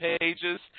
pages